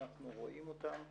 אנחנו רואים אותם,